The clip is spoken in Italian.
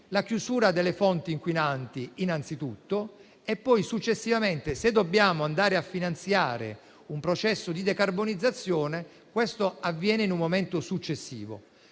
la chiusura delle fonti inquinanti innanzitutto e, successivamente, se dobbiamo andare a finanziare un processo di decarbonizzazione, questo dovrebbe avvenire in un momento successivo.